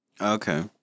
Okay